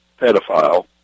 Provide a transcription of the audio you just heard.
pedophile